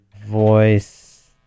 voice